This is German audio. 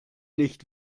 nicht